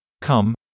come